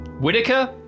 Whitaker